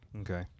okay